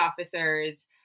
officers